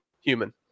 Human